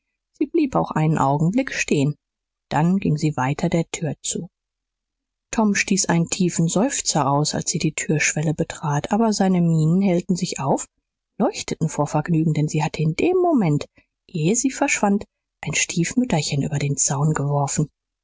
sie blieb auch einen augenblick stehen dann ging sie weiter der tür zu tom stieß einen tiefen seufzer aus als sie die türschwelle betrat aber seine mienen hellten sich auf leuchteten vor vergnügen denn sie hatte in dem moment ehe sie verschwand ein stiefmütterchcn über den zaun geworfen